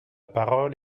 parole